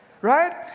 Right